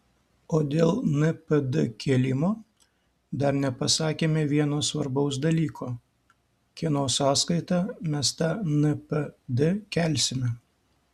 o dėl npd kėlimo dar nepasakėme vieno svarbaus dalyko kieno sąskaita mes tą npd kelsime